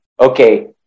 okay